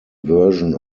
version